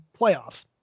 playoffs